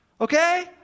okay